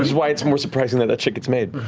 why it's more surprising that that shit gets made.